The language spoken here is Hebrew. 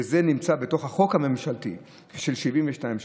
וזה נמצא בתוך החוק הממשלתי של 72 שעות.